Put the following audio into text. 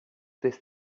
this